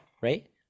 right